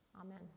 Amen